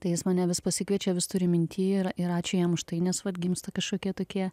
tai jis mane vis pasikviečia vis turi minty yra ir ačiū jam už tai nes vat gimsta kažkokie tokie